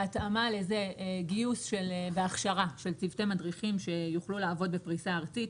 בהתאמה לזה גיוס והכשרה של צוותי מדריכים שיוכלו לעבוד בפריסה ארצית,